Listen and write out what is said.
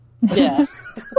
Yes